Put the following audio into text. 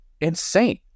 insane